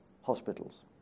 hospitals